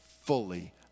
fully